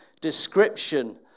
description